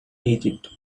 egypt